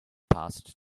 past